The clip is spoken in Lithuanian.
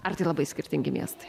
ar tai labai skirtingi miestai